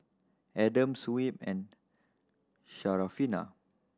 Adam Shuib and Syarafina